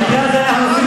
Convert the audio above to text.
במקרה הזה אנחנו,